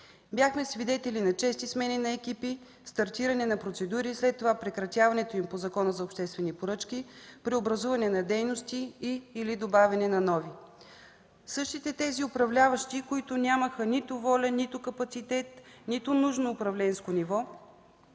Бяхме свидетели на чести смени на екипи, стартиране на процедури, след това прекратяването им по Закона за обществените поръчки, преобразуване на дейности и/или добавяне на нови. Същите тези управляващи, които нямаха нито воля, нито капацитет, нито нужно управленско ниво,